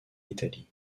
italie